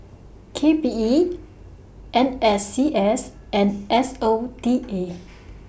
K P E N S C S and S O T A